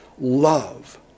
love